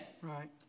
Right